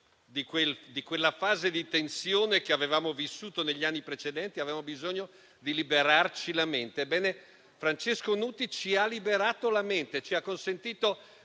di quella fase di tensione che avevamo vissuto negli anni precedenti e ricordo il bisogno di liberarci la mente. Ebbene, Francesco Nuti ci ha liberato la mente; ci ha consentito